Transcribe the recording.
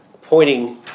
pointing